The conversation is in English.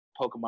Pokemon